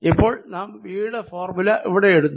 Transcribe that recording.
ഇപ്പോൾ നാം V യുടെ ഫോർമുല ഇവിടെ ഇടുന്നു